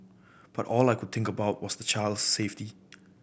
but all I could think about was the child's safety